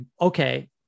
okay